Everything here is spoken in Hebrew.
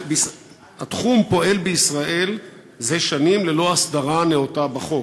התחום פועל בישראל זה שנים ללא הסדרה נאותה בחוק.